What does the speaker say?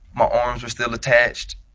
my arms were still attached.